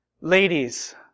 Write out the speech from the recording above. ladies